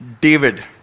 David